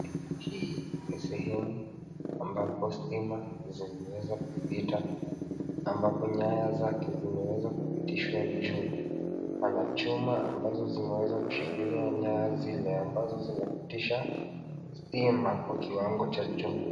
Hii ni sehemu ambapo stima zimeweza kupita, ambapo nyaya zake zimeweza kupitishwa juu pana chuma ambazo zimeweza zimeweza kushikilia nyaya zile ambazo zinapitisha stima kwa kiwango cha juu.